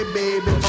baby